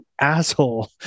asshole